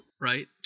right